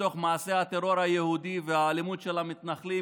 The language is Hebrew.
ממעשי הטרור היהודי והאלימות של המתנחלים,